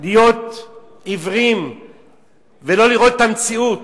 להיות עיוורים ולא לראות את המציאות.